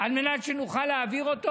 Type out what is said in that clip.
על מנת שנוכל להעביר אותו,